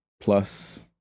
plus